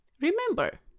Remember